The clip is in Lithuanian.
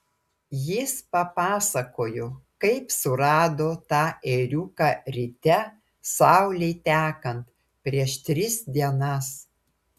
jis papasakojo kaip surado tą ėriuką ryte saulei tekant prieš tris dienas